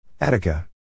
Attica